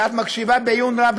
שמקשיבה בעיון רב,